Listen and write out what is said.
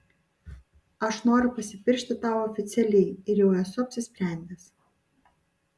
aš noriu pasipiršti tau oficialiai ir jau esu apsisprendęs